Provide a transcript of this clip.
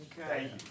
Okay